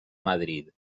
madrid